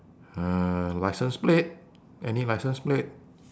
uh license plate any license plate